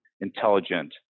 intelligent